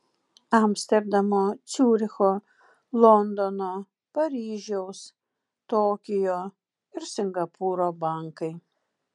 amsterdamo ciuricho londono paryžiaus tokijo ir singapūro bankai